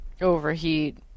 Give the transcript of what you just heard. Overheat